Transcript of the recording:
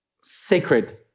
sacred